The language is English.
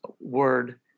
word